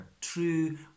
true